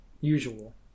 usual